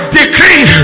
decree